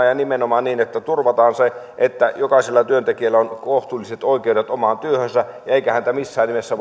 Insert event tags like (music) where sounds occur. (unintelligible) ja nimenomaan niin että turvataan se että jokaisella työntekijällä on kohtuulliset oikeudet omaan työhönsä eikä hänen oikeuksiaan voida missään nimessä (unintelligible)